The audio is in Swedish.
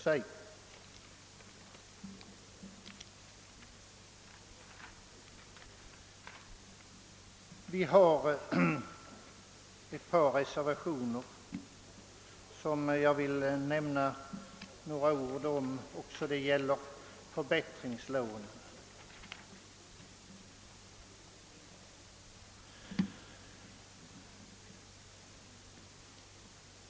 Jag vill säga några ord beträffande ett par reservationer som gäller förbättringslån.